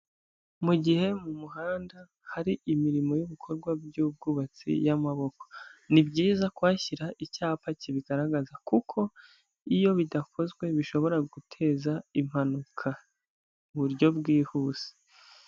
Mu gihe mu muhanda hari imirimo y'ibikorwa by'ubwubatsi y'amaboko, ni byiza kuhashyira icyapa kibigaragaza kuko iyo bidakozwe bishobora guteza impanuka mu buryo bwihuse.